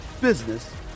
business